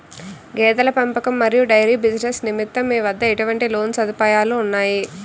గేదెల పెంపకం మరియు డైరీ బిజినెస్ నిమిత్తం మీ వద్ద ఎటువంటి లోన్ సదుపాయాలు ఉన్నాయి?